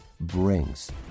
brings